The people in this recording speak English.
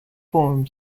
forum